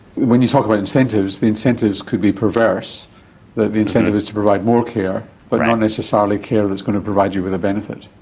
when you talk about incentives, the incentives could be perverse, that the incentive is to provide more care but not necessarily care that's going to provide you with a benefit.